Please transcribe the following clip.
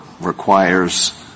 requires